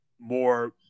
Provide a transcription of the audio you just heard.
more